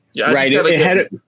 right